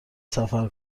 سفر